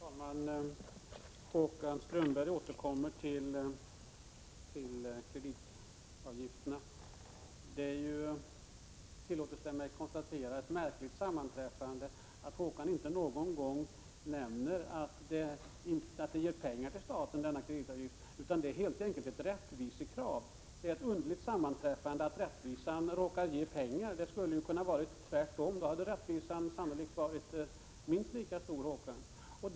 Herr talman! Håkan Strömberg återkommer till kreditavgifterna. Tillåt mig att konstatera att det är ett märkligt sammanträffande att Håkan Strömberg inte någon gång nämner att kreditavgiften ger pengar till staten utan menar att det här helt enkelt är fråga om ett rättvisekrav. Det är ett underligt sammanträffande att rättvisan råkar ge pengar. Det hade kunnat vara tvärtom, och då hade rättvisan sannolikt varit minst lika stor, Håkan Strömberg.